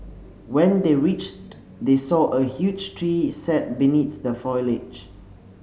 when they reached they saw a huge tree sat beneath the foliage